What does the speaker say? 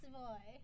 boy